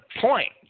point